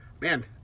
man